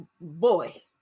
Boy